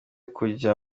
kujya